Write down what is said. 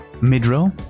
mid-row